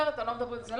מדברת על